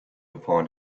upon